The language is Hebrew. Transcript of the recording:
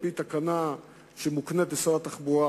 על-פי תקנה שמוקנית לשר התחבורה,